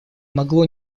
могло